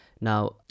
now